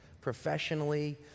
professionally